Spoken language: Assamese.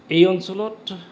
এই অঞ্চলত